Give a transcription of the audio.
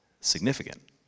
significant